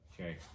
Okay